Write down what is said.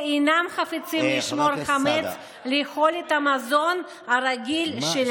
שאינם חפצים לשמור חמץ לאכול את המזון הרגיל שלהם,